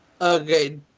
Okay